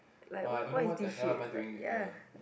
!wah! I don't know what the hell am I doing with her